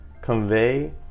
convey